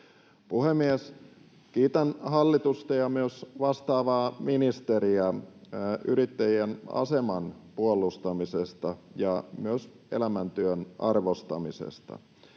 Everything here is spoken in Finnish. Puhemies! Kiitän hallitusta ja myös vastaavaa ministeriä yrittäjien aseman puolustamisesta ja myös elämäntyön arvostamisesta.